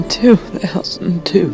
2002